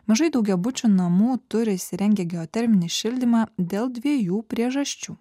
mažai daugiabučių namų turi įsirengę geoterminį šildymą dėl dviejų priežasčių